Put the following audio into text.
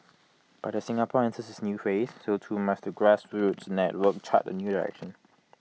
but Singapore enters its new phase so too must the grassroots network chart A new direction